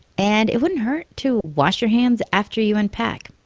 and it wouldn't hurt to wash your hands after you unpack.